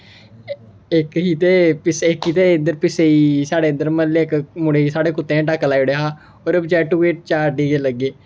इक ही ते पिच्छे इक ही ते पिच्छे ई साढ़े इक मह्ल्ले मुड़े ई साढ़े कुत्ते ने टक्क लाई ओड़ेआ हा ओह्दे बचैरे गी कोई चार टीके लग्गे